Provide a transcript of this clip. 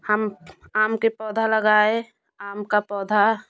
हम आम के पौधा लगाए आम का पौधा